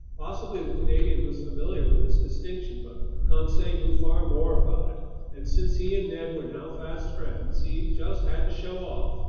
possibly the canadian was familiar with this distinction, but conseil knew far more about it and since he and ned were now fast friends, he just had to show off.